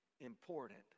important